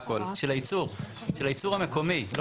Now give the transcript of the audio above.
שמתייחס רק לייצור מקומי.